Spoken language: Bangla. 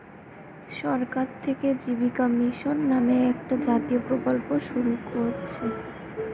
সরকার থিকে জীবিকা মিশন নামে একটা জাতীয় প্রকল্প শুরু কোরছে